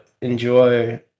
enjoy